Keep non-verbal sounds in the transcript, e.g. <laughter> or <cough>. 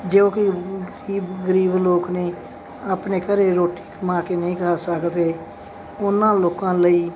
ਜੋ ਕਿ <unintelligible> ਗਰੀਬ ਲੋਕ ਨੇ ਆਪਣੇ ਘਰੇ ਰੋਟੀ ਕਮਾ ਕੇ ਨਹੀਂ ਖਾ ਸਕਦੇ ਉਹਨਾਂ ਲੋਕਾਂ ਲਈ